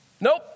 Nope